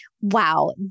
wow